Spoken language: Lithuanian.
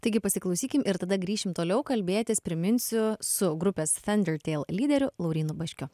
taigi pasiklausykim ir tada grįšim toliau kalbėtis priminsiu su grupės thundertale lyderiu laurynu baškiu